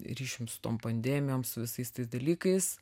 ryšium su tom pandemijom su visais tais dalykais